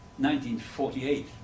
1948